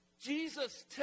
Jesus